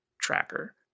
tracker